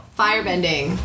firebending